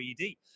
3D